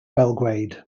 belgrade